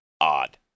odd